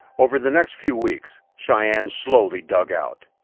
over the next few weeks, cheyenne slowly dug out.